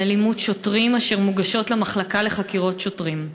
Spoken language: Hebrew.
אלימות שוטרים אשר מוגשות למחלקה לחקירות שוטרים.